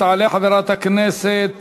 תעלה חברת הכנסת